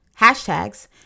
hashtags